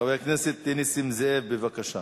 חבר הכנסת נסים זאב, בבקשה.